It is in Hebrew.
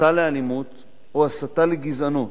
הסתה לאלימות או הסתה לגזענות,